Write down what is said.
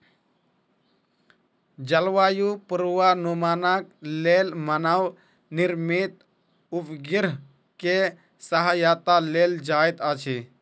जलवायु पूर्वानुमानक लेल मानव निर्मित उपग्रह के सहायता लेल जाइत अछि